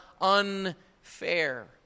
unfair